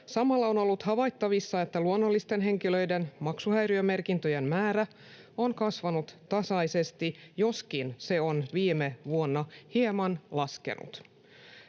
Samalla on ollut havaittavissa, että luonnollisten henkilöiden maksuhäiriömerkintöjen määrä on kasvanut tasaisesti, joskin se on viime vuonna hieman laskenut.